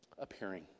appearing